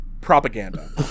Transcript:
propaganda